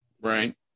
Right